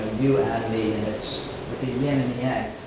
you and me, and it's with the yin and yang.